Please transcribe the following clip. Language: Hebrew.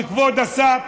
כבוד השר,